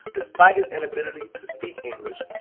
despite his inability to speak english,